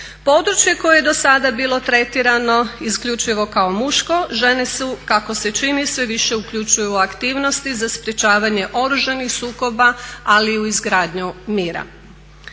Područje koje je do sada bilo tretirano isključivo kao muške, žene su kako se čini sve više uključuju u aktivnosti za sprečavanje oružanih sukoba, ali i u izgradnju mira.